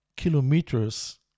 kilometers